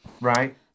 right